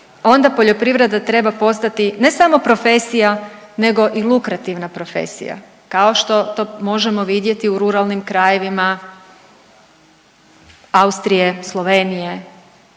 onda poljoprivreda treba postati ne samo profesija nego i lukrativna profesija kao što to možemo vidjeti u ruralnim krajevima Austrije, Slovenije